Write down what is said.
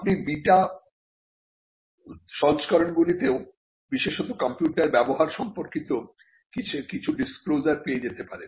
আপনি বিটা সংস্করণগুলিতেও বিশেষত কম্পিউটার ব্যবহার সম্পর্কিত কিছু ডিসক্লোজার পেয়ে যেতে পারেন